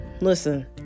Listen